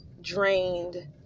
drained